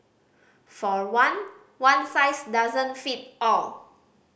for one one size doesn't fit all